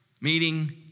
meeting